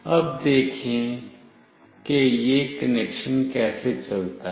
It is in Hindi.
अब देखें कि यह कनेक्शन कैसे चलता है